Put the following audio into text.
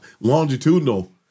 longitudinal